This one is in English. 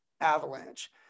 avalanche